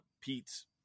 Pete's